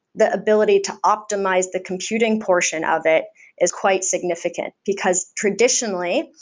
the ability to optimize the computing portion of it is quite significant because, traditionally,